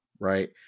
right